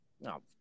No